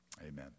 Amen